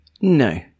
no